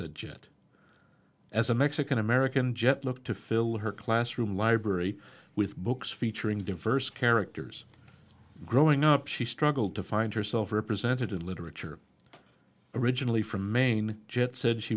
jet as a mexican american jet look to fill her classroom library with books featuring diverse characters growing up she struggled to find herself represented in literature originally from maine jet said she